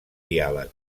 diàleg